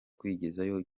kwigizayo